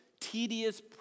tedious